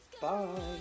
Bye